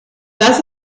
das